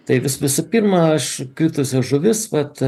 tai visų pirma aš kritusias žuvis vat